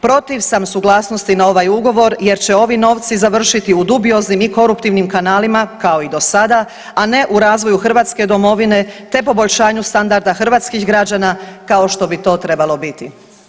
Protiv sam suglasnosti na ovaj ugovor jer će ovi novci završiti u dubioznim i koruptivnim kanalima kao i do sada, a ne u razvoju hrvatske domovine, te poboljšanju standarda hrvatskih građana kao što bi to trebalo biti.